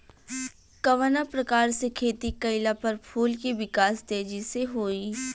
कवना प्रकार से खेती कइला पर फूल के विकास तेजी से होयी?